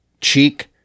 cheek